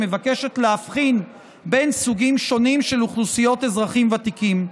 שמבקשת להבחין בין סוגים שונים של אוכלוסיות אזרחים ותיקים.